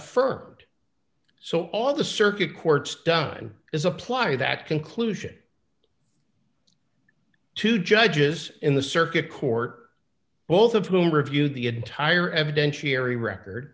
d so all the circuit courts done is apply that conclusion two judges in the circuit court both of whom reviewed the entire evidentiary record